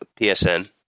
PSN